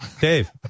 dave